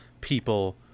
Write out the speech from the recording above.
people